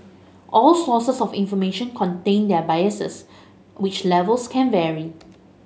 all sources of information contain their biases which levels can vary